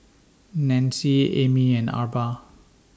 Nanci Amy and Arba